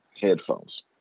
headphones